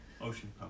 Ocean